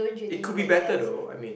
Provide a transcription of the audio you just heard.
it could be better though I mean